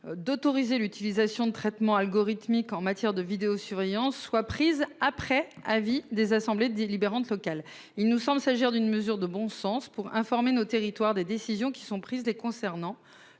D'autoriser l'utilisation de traitements algorithmiques en matière de vidéosurveillance soit prise après avis des assemblées délibérantes. Il nous semble s'agir d'une mesure de bon sens pour informer nos territoires des décisions qui sont prises des concernant